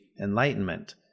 enlightenment